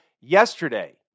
yesterday